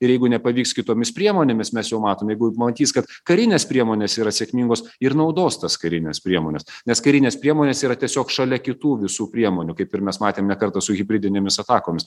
ir jeigu nepavyks kitomis priemonėmis mes jau matom jeigu matys kad karinės priemonės yra sėkmingos ir naudos tas karines priemones nes karinės priemonės yra tiesiog šalia kitų visų priemonių kaip ir mes matėm ne kartą su hibridinėmis atakomis